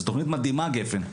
זו תוכנית מדהימה גפ"ן,